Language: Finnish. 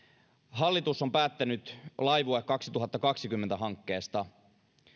hallitus on päättänyt laivue kaksituhattakaksikymmentä hankkeesta